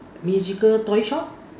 magical toy shop